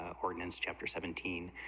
ah ordinance chapter seventeen,